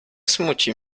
smuci